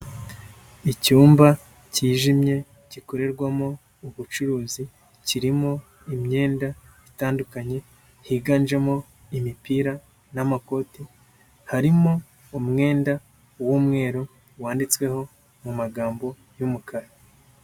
Icyumba cyijimye gikorerwamo ubucuruzi kirimo imyenda itandukanye, higanjemo imipira n'amakoti, harimo umwenda w'umweru wanditsweho mu magambo y'umukara.